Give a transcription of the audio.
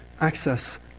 access